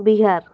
Bihar